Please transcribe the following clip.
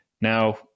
Now